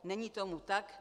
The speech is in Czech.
Není tomu tak.